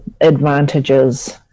advantages